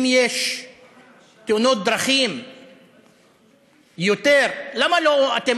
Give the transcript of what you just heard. אם יש יותר תאונות דרכים למה לא אתם